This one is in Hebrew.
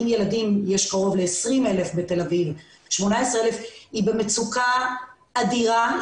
עם ילדים יש קרוב ל-20,000 בתל אביב - היא במצוקה אדירה,